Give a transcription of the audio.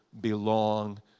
belong